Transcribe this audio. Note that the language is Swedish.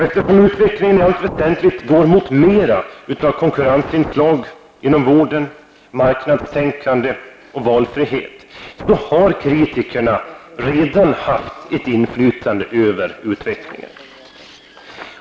Eftersom utvecklingen inom vården i allt väsentligt går mot mera av konkurrensinslag, marknadstänkande och valfrihet, har kritikerna redan haft ett inflytande på utvecklingen.